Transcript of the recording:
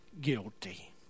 guilty